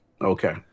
Okay